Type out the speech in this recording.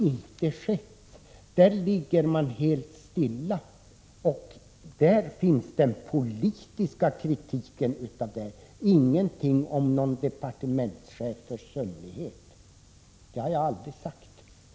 I de frågorna är regeringen helt stilla — i detta ligger den politiska kritiken, inte i någon departementschefs försumlighet. Det har jag aldrig talat om.